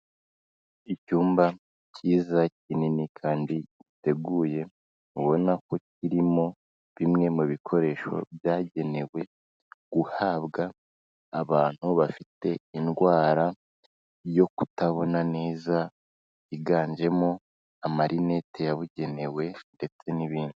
Icyumba cyiza kinini kandi giteguye, ubona ko kirimo bimwe mu bikoresho byagenewe guhabwa abantu bafite indwara yo kutabona neza, yiganjemo amarineti yabugenewe ndetse n'ibindi.